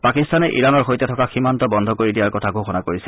পাকিস্তানে ইৰানৰ সৈতে থকা সীমান্ত বদ্ধ কৰি দিয়াৰ কথা ঘোষণা কৰিছে